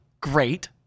great